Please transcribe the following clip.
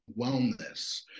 wellness